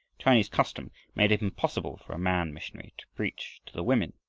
chinese custom made it impossible for a man missionary to preach to the women.